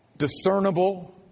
discernible